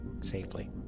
Safely